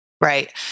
Right